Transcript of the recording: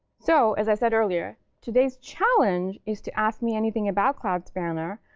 so as i said earlier, today's challenge is to ask me anything about cloud spanner.